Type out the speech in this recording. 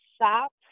shop